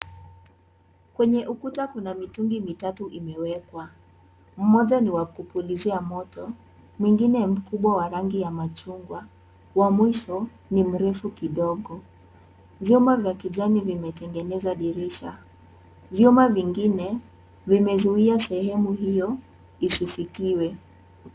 Kwenye ukuta kuna mitungi mitatu imewekwa. Moja ni wa kupulizia moto, mwingine mkubwa wa rangi ya machungwa wa mwisho ni mrefu kidogo. Vyuma vya kijani vimetengeneza dirisha. Vyuma vingine vimezuia sehemu hiyo isifikiwe.